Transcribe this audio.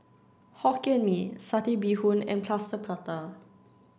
Hokkien Mee Satay Bee Hoon and Plaster Prata